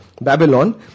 Babylon